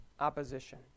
opposition